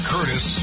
Curtis